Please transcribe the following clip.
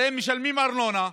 הרי הם משלמים ארנונה,